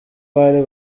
bari